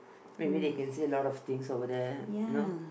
wait really you can see a lot of things over there you know